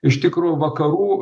iš tikro vakarų